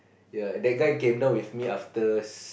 yea that guy came down with me after